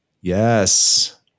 Yes